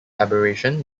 aberration